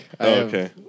Okay